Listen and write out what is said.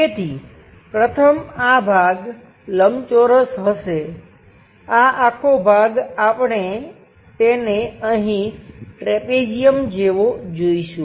તેથી પ્રથમ આ ભાગ લંબચોરસ હશે આ આખો ભાગ આપણે તેને અહીં ટ્રેપેઝિયમ જેવો જોઈશું